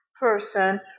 person